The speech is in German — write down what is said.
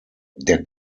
der